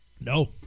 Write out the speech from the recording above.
No